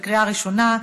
בקריאה ראשונה,